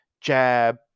jab